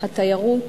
התיירות,